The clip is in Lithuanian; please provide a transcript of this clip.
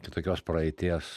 kitokios praeities